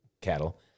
cattle